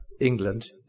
England